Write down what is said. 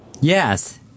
Yes